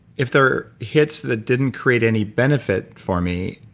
if there are hits that didn't create any benefit for me,